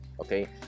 Okay